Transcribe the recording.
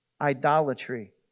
idolatry